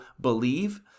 believe